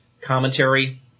commentary